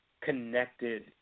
connected